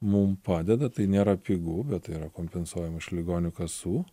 mum padeda tai nėra pigu bet tai yra kompensuojama iš ligonių kasų